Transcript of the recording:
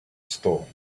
stall